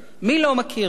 מי לא מכיר את זה?